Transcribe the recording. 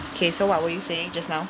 okay so what were you saying just now